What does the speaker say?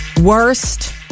worst